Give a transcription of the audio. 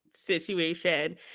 situation